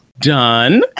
Done